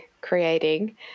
creating